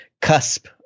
cusp